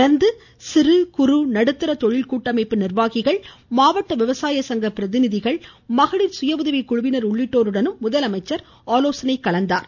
தொடர்ந்து சிறு குறு மற்றும் நடுத்தர தொழில் கூட்டமைப்பு நிர்வாகிகள் மாவட்ட விவசாய சங்க பிரதிநிதிகள் மகளிர் சுய உதவிக்குழுவினர் உள்ளிட்டோருடனும் முதலமைச்சர் ஆலோசனை மேற்கொண்டார்